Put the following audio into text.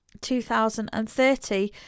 2030